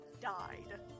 died